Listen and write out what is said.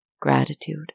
gratitude